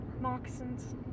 moccasins